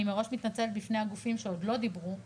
אני מראש מתנצלת בפני הגופים שעוד לא דיברו,